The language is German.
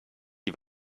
die